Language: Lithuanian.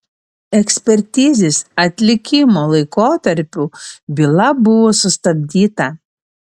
ekspertizės atlikimo laikotarpiu byla buvo sustabdyta